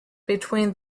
between